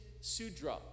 sudra